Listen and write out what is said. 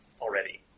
already